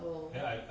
oh